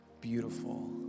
beautiful